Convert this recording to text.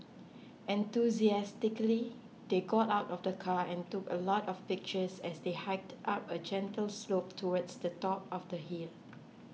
enthusiastically they got out of the car and took a lot of pictures as they hiked up a gentle slope towards the top of the hill